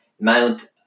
Mount